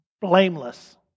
blameless